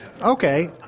Okay